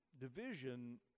Division